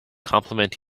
compliment